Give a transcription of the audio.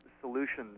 solutions